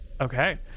Okay